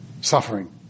suffering